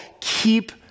keep